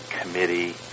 committee